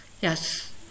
yes